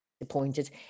disappointed